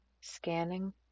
scanning